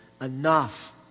Enough